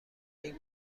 این